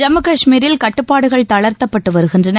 ஜம்மு காஷ்மீரில் கட்டுப்பாடுகள் தளர்த்தப்பட்டு வருகின்றன